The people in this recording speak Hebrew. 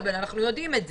אנחנו יודעים את זה,